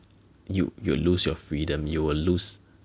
you you will lose your freedom you will lose